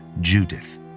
Judith